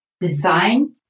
design